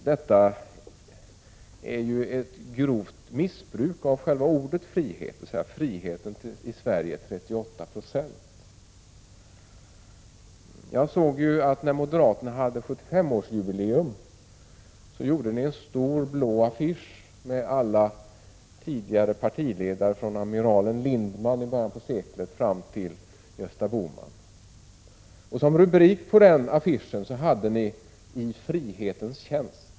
Det är ett grovt missbruk av själva ordet frihet att säga att friheten i Sverige är 38 20, Bo Lundgren. När moderaterna firade sitt 75-årsjubileum gjorde ni en stor blå affisch med alla tidigare partiledare från amiralen Lindman i början av seklet till Gösta Bohman. Som rubrik på den affischen hade ni: I frihetens tjänst.